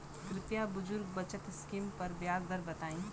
कृपया बुजुर्ग बचत स्किम पर ब्याज दर बताई